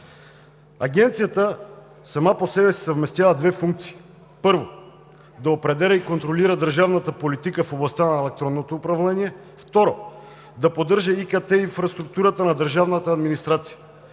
Агенцията сама по себе си съвместява две функции. Първо, да определя и контролира държавната политика в областта на електронното управление. Второ, да поддържа инфраструктурата на държавната администрация.